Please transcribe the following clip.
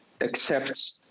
accept